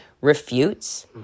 refutes